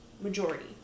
majority